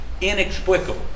inexplicable